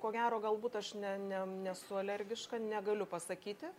ko gero galbūt aš ne ne nesu alergiška negaliu pasakyti